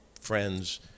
friends